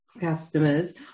customers